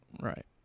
right